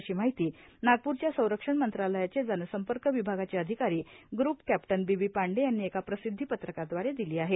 अषी माहिती नागपूरच्या संरक्षण मंत्रालयाचे जनसंपर्क विभागाचे अधिकारी group captain B B Pande यांनी एका प्रसिद्धी पत्रकाद्वारे दिली आहे